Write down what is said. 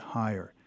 higher